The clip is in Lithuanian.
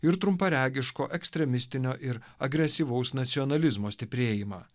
ir trumparegiško ekstremistinio ir agresyvaus nacionalizmo stiprėjimą